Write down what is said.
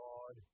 God